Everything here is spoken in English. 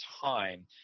time